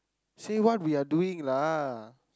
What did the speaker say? say what we are doing lah